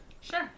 Sure